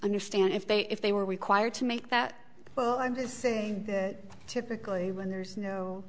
understand if they if they were required to make that well i'm just saying typically when there's no